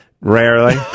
Rarely